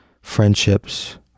friendships